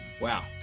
Wow